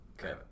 okay